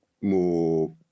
more